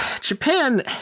Japan